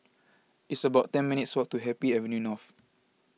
it's about ten minutes' walk to Happy Avenue North